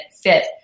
fit